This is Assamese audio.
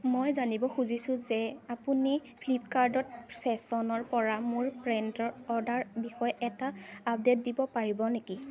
মই জানিব খুজিছোঁ যে আপুনি ফ্লিপকাৰ্টত ফেশ্বনৰপৰা মোৰ পেণ্টৰ অৰ্ডাৰ বিষয়ে এটা আপডে'ট দিব পাৰিব নেকি